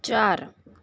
चार